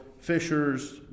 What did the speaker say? Fishers